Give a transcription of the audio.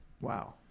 Wow